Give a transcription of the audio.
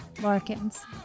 Larkins